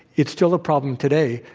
it's still a problem today,